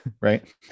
Right